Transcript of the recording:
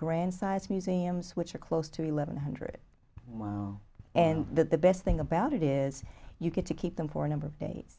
grand sized museums which are close to eleven hundred and that the best thing about it is you get to keep them for a number of days